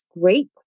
great